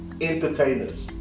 entertainers